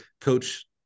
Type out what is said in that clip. coach